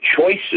choices